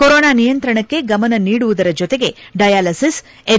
corona ನಿಯಂತ್ರಣಕ್ಕೆ ಗಮನ ನೀಡುವುದರ ಜತೆಗೆ ಡಯಾಲಿಸಿಸ್ ಹೆಚ್